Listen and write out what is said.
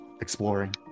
exploring